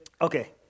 Okay